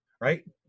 right